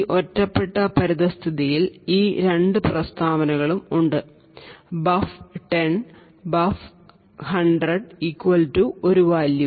ഈ ഒറ്റപ്പെട്ട പരിതസ്ഥിതിയിൽ ഈ രണ്ട് പ്രസ്താവനകളും ഉണ്ട് buf10 buf100 ഒരു വാല്യൂ